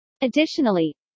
Additionally